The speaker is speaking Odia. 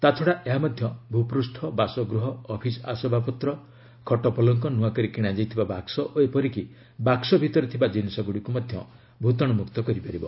ତାଛଡ଼ା ଏହା ମଧ୍ୟ ଭୂପୃଷ୍ଠ ବାସଗୃହ ଅଫିସ୍ ଆସବାବପତ୍ର ଖଟପଲଙ୍କ ନୂଆକରି କିଣାଯାଇଥିବା ବାକ୍କ ଓ ଏପରିକି ବାକ୍କ ଭିତରେ ଥିବା ଜିନିଷଗୁଡ଼ିକୁ ଭୂତାଣୁ ମୁକ୍ତ କରିପାରିବ